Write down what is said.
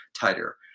tighter